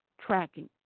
tracking